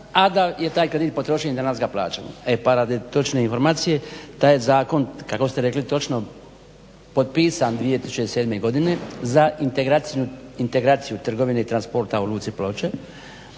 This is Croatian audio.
a da je taj kredit potrošen i danas ga plaćamo. E pa radi točne informacije taj je zakon kako ste rekli točno potpisan 2007. godine za integraciju trgovine i transporta u luci Ploče.